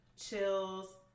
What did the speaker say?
chills